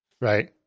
Right